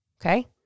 okay